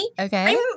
Okay